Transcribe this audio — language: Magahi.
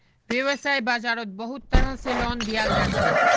वैव्साय बाजारोत बहुत तरह से लोन दियाल जाछे